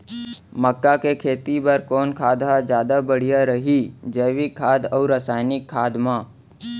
मक्का के खेती बर कोन खाद ह जादा बढ़िया रही, जैविक खाद अऊ रसायनिक खाद मा?